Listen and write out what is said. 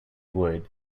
wood